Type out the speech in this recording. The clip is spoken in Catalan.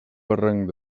barranc